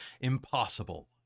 impossible